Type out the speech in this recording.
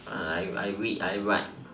I I I read I write